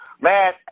man